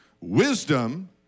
wisdom